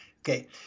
Okay